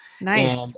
Nice